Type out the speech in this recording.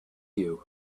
you